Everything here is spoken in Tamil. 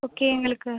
ஓகே எங்களுக்கு